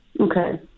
Okay